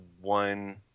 one